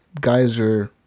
Geyser